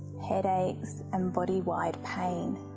headaches and body-wide pain.